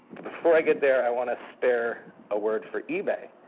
but before i get there, i want to spare a word for ebay,